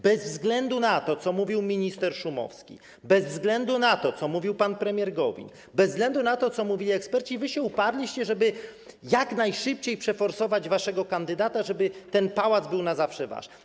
Bez względu na to, co mówił minister Szumowski, bez względu na to, co mówił pan premier Gowin, bez względu na to, co mówili eksperci, wy się uparliście, żeby jak najszybciej przeforsować waszego kandydata, żeby ten pałac był na zawsze wasz.